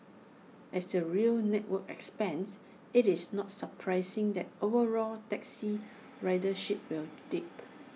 as the rail network expands IT is not surprising that overall taxi ridership will dip